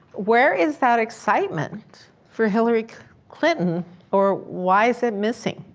where is that excitement for hillary clinton or why is it missing?